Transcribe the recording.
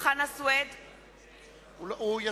חנא סוייד,